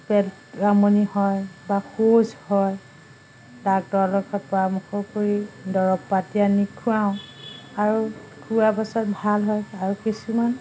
পেট আমনি হয় বা শৌচ হয় ডাক্তৰৰ লগত পৰামৰ্শ কৰি দৰব পাতি আনি খুৱাওঁ আৰু খোৱাৰ পাছত ভাল হয় আৰু কিছুমান